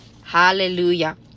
Hallelujah